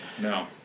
No